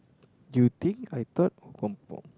you think I thought confirm